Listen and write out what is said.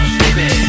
baby